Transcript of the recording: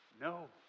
no